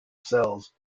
cells